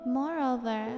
moreover